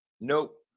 Nope